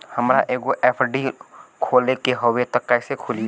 हमरा एगो एफ.डी खोले के हवे त कैसे खुली?